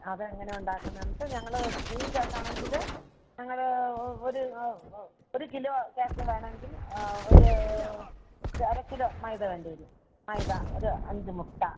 അതെങ്ങനെയാണ് ഉണ്ടാക്കുന്നതെന്ന് വെച്ചാൽ ഞങ്ങൾ ക്രീം കേക്ക് ആണെങ്കിൽ ഞങ്ങൾ ഒരു ഒരു കിലോ കേക്ക് വേണമെങ്കിൽ ഒരു അര കിലോ മൈദ വേണ്ടി വരും മൈദ ഒരു അഞ്ച് മുട്ട